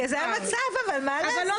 כי זה המצב, מה לעשות?